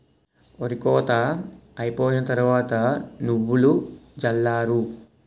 ఒరి కోత అయిపోయిన తరవాత నువ్వులు జల్లారు